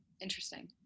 Interesting